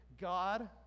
God